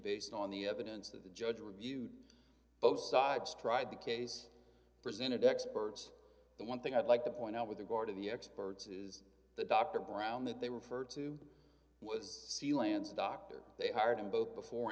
based on the evidence that the judge reviewed both sides tried the case presented experts the one thing i'd like to point out with regard to the experts is that dr brown that they refer to was c lance a doctor they hired him both before